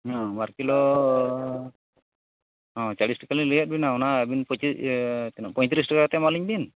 ᱦᱮᱸ ᱵᱟᱨ ᱠᱤᱞᱳᱻ ᱦᱮᱸ ᱪᱟᱞᱤᱥ ᱴᱟᱠᱟᱞᱤᱧ ᱞᱟᱹᱭᱟᱫᱵᱤᱱᱟ ᱚᱱᱟ ᱟᱵᱤᱱ ᱛᱤᱱᱟᱹᱜ ᱯᱚᱭᱛᱨᱤᱥ ᱴᱟᱠᱟ ᱠᱟᱛᱮᱫ ᱮᱢᱟᱞᱤᱧᱵᱤᱱ